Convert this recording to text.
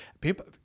people